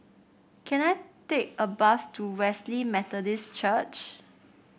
can I take a bus to Wesley Methodist Church